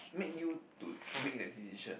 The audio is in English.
make you do make that decision